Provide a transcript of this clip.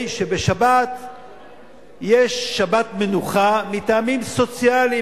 שבשבת יש שבת מנוחה מטעמים סוציאליים,